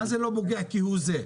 מה זה "לא פוגע כהוא זה"?